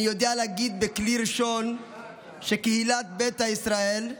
אני יודע להגיד מכלי ראשון שקהילת ביתא ישראל,